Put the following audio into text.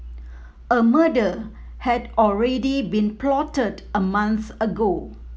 a murder had already been plotted a month ago